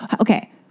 Okay